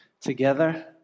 together